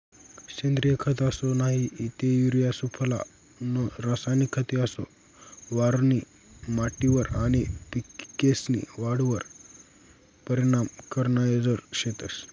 सेंद्रिय खत असो नही ते युरिया सुफला नं रासायनिक खते असो वावरनी माटीवर आनी पिकेस्नी वाढवर परीनाम करनारज शेतंस